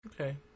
Okay